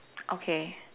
okay